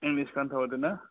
English हादोना